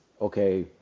Okay